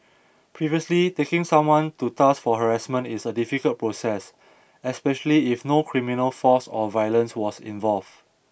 previously taking someone to task for harassment is a difficult process especially if no criminal force or violence was involved